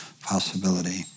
possibility